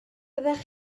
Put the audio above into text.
byddech